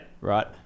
right